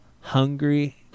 Hungry